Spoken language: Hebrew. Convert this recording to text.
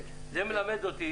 מלמד אותי